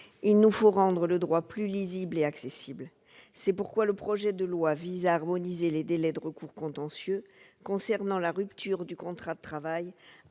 Il nous faut rendre le droit plus lisible et plus accessible. C'est pourquoi le projet de loi prévoit d'harmoniser les délais de recours contentieux concernant la rupture du contrat de travail,